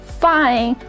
fine，